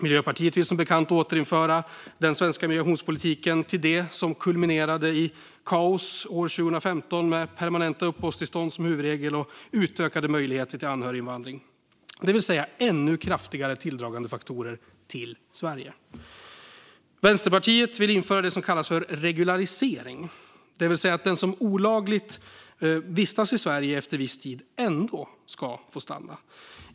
Miljöpartiet vill som bekant återföra den svenska migrationspolitiken till det som kulminerade i kaos år 2015, med permanenta uppehållstillstånd som huvudregel och utökade möjligheter till anhöriginvandring. Det vill säga ännu kraftigare tilldragandefaktorer till Sverige som land. Vänsterpartiet vill införa det som kallas regularisering, det vill säga att den som olagligt vistas i Sverige efter viss tid ändå ska få stanna.